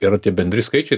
yra tie bendri skaičiai